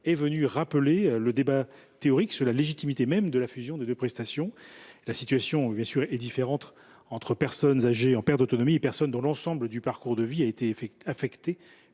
PCH a rappelé le débat théorique sur la légitimité même de la fusion des deux prestations. La situation est différente entre les personnes âgées en perte d’autonomie et les personnes dont l’ensemble du parcours de vie a été affecté